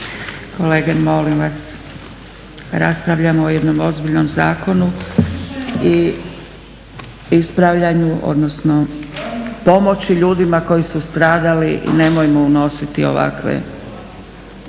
Kolege, molim vas. Raspravljamo o jednom ozbiljnom zakonu i ispravljanju, odnosno pomoći ljudima koji su stradali, nemojmo unositi ovakve,